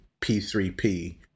P3P